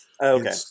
Okay